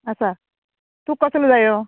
आसा तूं कसलो जायो